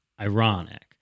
ironic